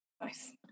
Nice